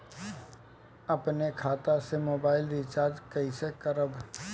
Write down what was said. अपने खाता से मोबाइल रिचार्ज कैसे करब?